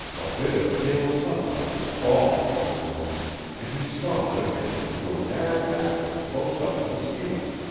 a bit of pale sunlight was falling into the room and he saw that it entered through a narrow aperture close up to the ceiling.